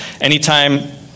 anytime